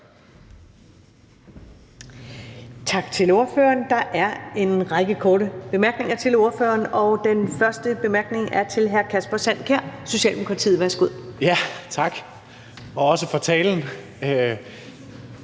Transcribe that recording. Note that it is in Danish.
Tak til ordføreren. Der er en række korte bemærkninger til ordføreren. Den første bemærkning er fra hr. Kasper Sand Kjær, Socialdemokratiet. Værsgo. Kl. 14:48 Kasper Sand